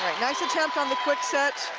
nice attempt on thequick set.